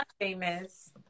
Famous